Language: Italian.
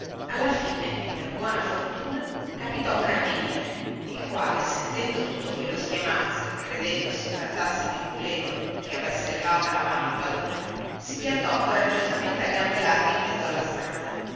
alla fine e per buona fortuna capitò un carabiniere il quale sentendo tutto quello schiamazzo e credendo si trattasse di un puledro che avesse levata la mano al padrone si piantò coraggiosamente a gambe larghe in mezzo alla strada